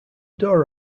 door